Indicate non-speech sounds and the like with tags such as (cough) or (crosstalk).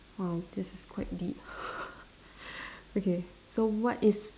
!wow! this is quite deep (laughs) okay so what is